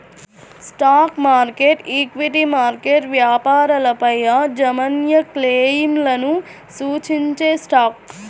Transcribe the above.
stock market, equity market వ్యాపారాలపైయాజమాన్యక్లెయిమ్లను సూచించేస్టాక్